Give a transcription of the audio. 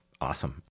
awesome